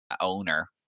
owner